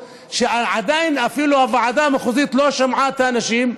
הוועדה המחוזית אפילו לא שמעה עדיין את האנשים,